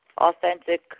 authentic